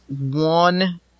one